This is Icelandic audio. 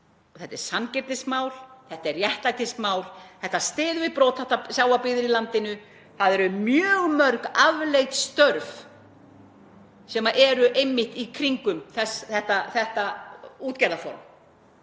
Þetta er sanngirnismál. Þetta er réttlætismál. Þetta styður við brothættar sjávarbyggðir í landinu. Það eru mjög mörg afleidd störf sem eru einmitt í kringum þetta útgerðarform